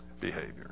behavior